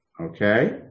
Okay